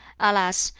alas!